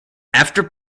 after